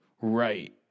Right